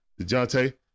DeJounte